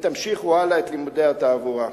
ותמשיכו את לימודי התעבורה.